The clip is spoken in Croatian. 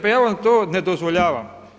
Pa ja vam to ne dozvoljavam!